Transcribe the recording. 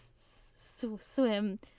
swim